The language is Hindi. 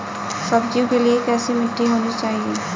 सब्जियों के लिए कैसी मिट्टी होनी चाहिए?